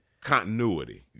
Continuity